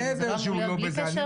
מעבר לזה,